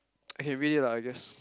okay read it lah I guess